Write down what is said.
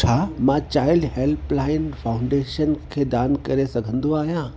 छा मां child helpline foundation खे दान करे सघंदो आहियां